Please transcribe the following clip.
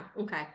Okay